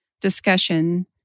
discussion